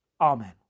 Amen